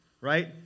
right